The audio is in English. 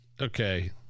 okay